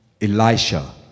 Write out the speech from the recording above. Elisha